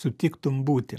sutiktum būti